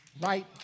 Right